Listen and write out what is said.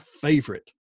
favorite